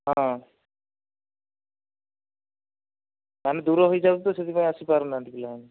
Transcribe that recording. ହଁ ତାହେଲେ ଦୂର ହୋଇଯାଉଛି ତ ସେଥିପାଇଁ ଆସିପାରୁନାହାନ୍ତି ପିଲାମାନେ